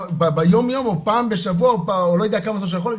ביום יום או פעם בשבוע או כל זמן שהוא יכול,